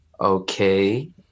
okay